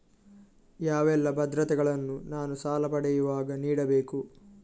ಯಾವೆಲ್ಲ ಭದ್ರತೆಗಳನ್ನು ನಾನು ಸಾಲ ಪಡೆಯುವಾಗ ನೀಡಬೇಕು?